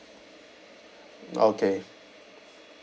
okay